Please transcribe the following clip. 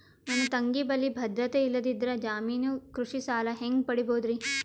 ನನ್ನ ತಂಗಿ ಬಲ್ಲಿ ಭದ್ರತೆ ಇಲ್ಲದಿದ್ದರ, ಜಾಮೀನು ಕೃಷಿ ಸಾಲ ಹೆಂಗ ಪಡಿಬೋದರಿ?